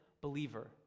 believer